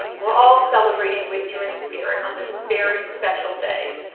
we're all celebrating with you in spirit on this very special day.